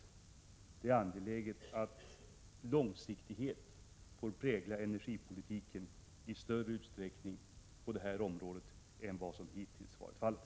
Det är angeläget att långsiktighet i större utsträckning än vad som hittills varit fallet får prägla energipolitiken på det här området.